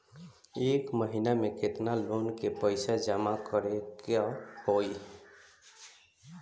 एक महिना मे केतना लोन क पईसा जमा करे क होइ?